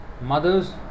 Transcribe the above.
Mothers